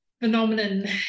phenomenon